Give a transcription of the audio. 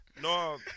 No